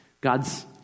God's